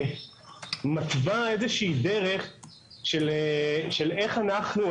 מתווה איזה שהיא דרך של איך אנחנו,